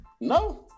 No